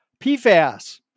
PFAS